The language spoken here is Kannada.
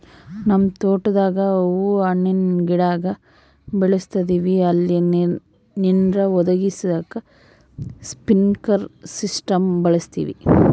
ನಮ್ ತೋಟುದಾಗ ಹೂವು ಹಣ್ಣಿನ್ ಗಿಡಾನ ಬೆಳುಸ್ತದಿವಿ ಅಲ್ಲಿ ನೀರ್ನ ಒದಗಿಸಾಕ ಸ್ಪ್ರಿನ್ಕ್ಲೆರ್ ಸಿಸ್ಟಮ್ನ ಬಳುಸ್ತೀವಿ